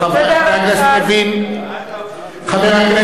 חבר הכנסת אופיר